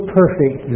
perfect